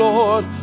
Lord